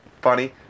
funny